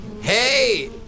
Hey